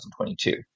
2022